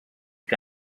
que